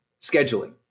scheduling